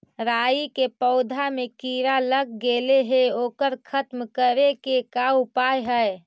राई के पौधा में किड़ा लग गेले हे ओकर खत्म करे के का उपाय है?